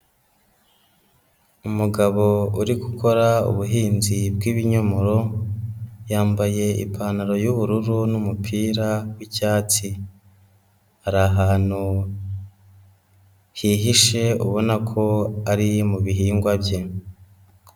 Umugabo uri gukora ubuhinzi bw'ibinyomoro, yambaye ipantaro y'ubururu n'umupira w'icyatsi, ari ahantu hihishe ubona ko ari mu bihingwa bye.